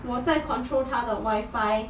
我在 control 她的 wifi